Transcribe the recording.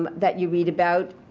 um that you read about.